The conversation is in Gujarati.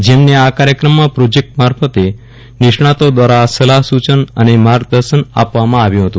જેમને આ કાર્યક્રમમાં પ્રોજેક્ટર મારફતે નિષ્ણાંતો દ્વારા સલાફ સુચન અને માર્ગદર્શન આપવામાં આવ્યું હતું